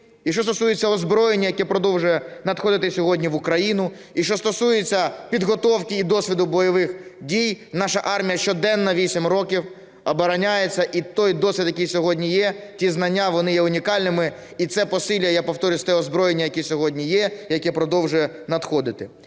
І що стосується озброєння, яке продовжує надходити сьогодні в Україну, і що стосується підготовки і досвіду бойових дій, наша армія щоденно 8 років обороняється. І той досвід, який сьогодні є, ті знання, вони є унікальними. І це посилює, я повторюся, те озброєння, яке сьогодні є, яке продовжує надходити.